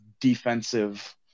defensive